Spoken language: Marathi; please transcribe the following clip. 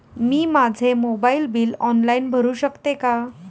मी माझे मोबाइल बिल ऑनलाइन भरू शकते का?